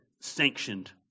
sanctioned